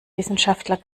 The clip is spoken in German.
wissenschaftler